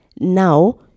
now